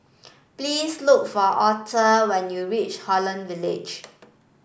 please look for Author when you reach Holland Village